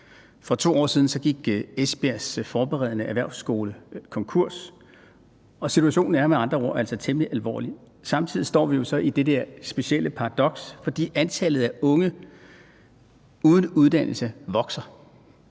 For 2 år siden gik Esbjergs forberedende erhvervsskole konkurs. Situationen er med andre ord altså temmelig alvorlig. Samtidig står vi jo så i det der specielle paradoks, fordi antallet af unge uden uddannelse vokser